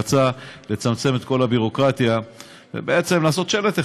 רצה לצמצם את כל הביורוקרטיה ובעצם לעשות שלט אחד,